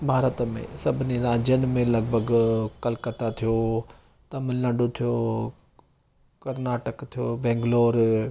भारत में सभिनी राज्यनि में लॻभॻि कलकता थियो तमिलनाडु थियो कर्नाटक थियो बैंगलोर